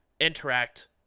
interact